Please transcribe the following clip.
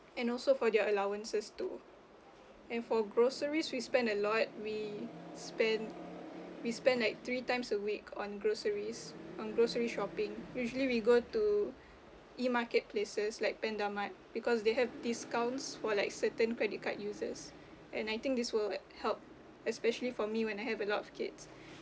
and also for their allowances too and for groceries we spend a lot we spend we spend like three times a week on groceries on grocery shopping usually we go to E market places like PandaMART because they have discounts for like certain credit card users and I think this will like help especially for me when I have a lot of kids